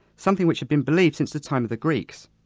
something which had been believed since the time of the greeks.